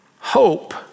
Hope